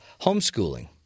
homeschooling